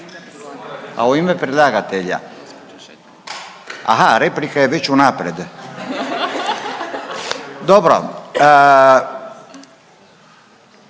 A u ime predlagatelja. Aha replika je već unapred? Dobro.